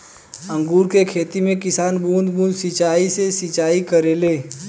अंगूर के खेती में किसान बूंद बूंद सिंचाई से सिंचाई करेले